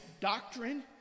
doctrine